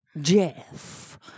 Jeff